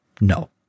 No